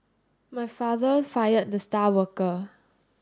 my father fired the star worker